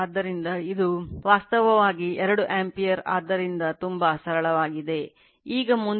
ಆದ್ದರಿಂದ I2 20 ampere ಮತ್ತು N2 N1 110 ಆಗಿದೆ